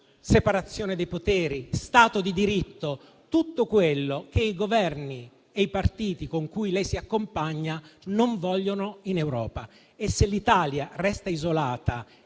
separazione dei poteri, Stato di diritto, tutto quello che i Governi e i partiti con cui lei si accompagna non vogliono in Europa. Se l'Italia resta isolata